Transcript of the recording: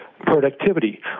productivity